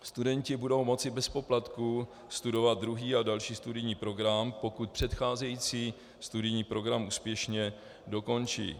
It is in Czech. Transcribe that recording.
Studenti budou moci bez poplatků studovat druhý a další studijní program, pokud předcházející studijní program úspěšně dokončí.